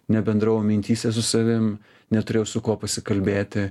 nebendravau mintyse su savim neturėjau su kuo pasikalbėti